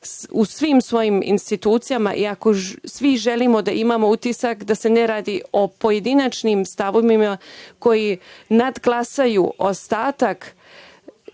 u svim svojim institucijama i ako svi želimo da imamo utisak da se ne radi o pojedinačnim stavovima koji nadglasaju ostatak